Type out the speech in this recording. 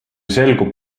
selgub